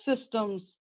systems